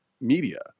media